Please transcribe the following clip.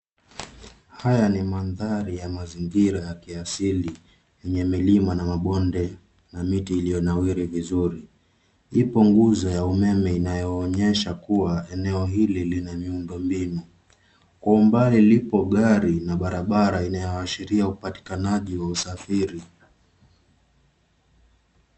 Haya ni mandhari ya mazingira ya kiasili yenye milima na mabonde na miti iliyonawiri vizuri. Ipo nguzo ya umeme inaonyesha kuwa eneo hili lina miundo mbinu. Kwa umbali lipo gari na barabara inayoashiria upatikanaji wa usafiri.